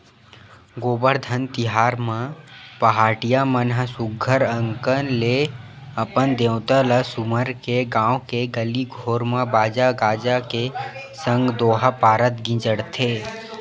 गोबरधन तिहार म पहाटिया मन ह सुग्घर अंकन ले अपन देवता ल सुमर के गाँव के गली घोर म बाजा गाजा के संग दोहा पारत गिंजरथे